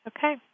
Okay